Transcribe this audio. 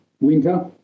winter